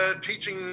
teaching